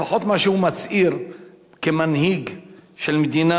לפחות מה שהוא מצהיר כמנהיג של מדינה,